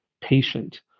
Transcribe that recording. patient